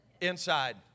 Inside